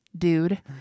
dude